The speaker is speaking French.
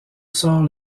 sort